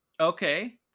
Okay